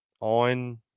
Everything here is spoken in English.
on